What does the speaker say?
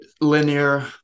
linear